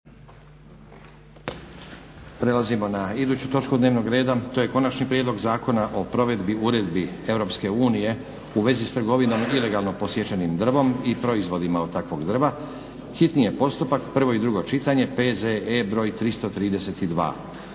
Prelazimo na iduću točku dnevnog reda: - Konačni prijedlog zakona o provedbi uredbi Europske unije u vezi s trgovinom ilegalno posječenim drvom i proizvodima od takvog drva, hitni postupak, prvo i drugo čitanje, P.Z.E. br. 332;